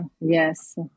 Yes